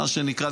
מה שנקרא,